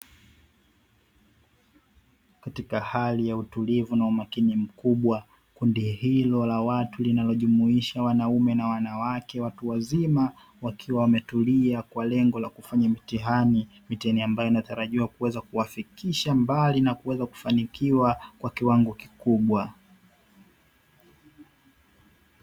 Katika hali ya utulivu na umakini mkubwa, kundi hilo la watu wazima linalojumuisha wanaume na wanawake watu wazima wakiwa wametulia kwa lengo la kufanya mitihani, mitihani ambayo inatarajiwa kuwafikisha mbali na kuweza kufanikiwa kwa kiwango kikubwa.